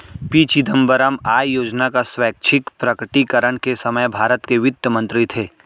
P Chidambaram आय योजना का स्वैच्छिक प्रकटीकरण के समय भारत के वित्त मंत्री थे